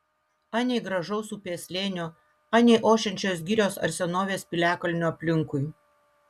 anei gražaus upės slėnio anei ošiančios girios ar senovės piliakalnio aplinkui